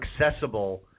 accessible